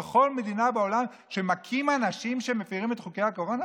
בכל מדינה בעולם שמכים אנשים שמפירים את חוקי הקורונה?